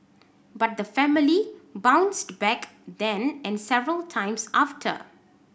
but the family bounced back then and several times after